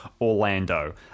Orlando